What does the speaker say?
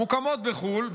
מוקמות בחו"ל,